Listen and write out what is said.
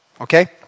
Okay